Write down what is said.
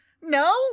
No